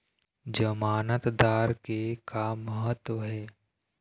जमानतदार के का महत्व हे?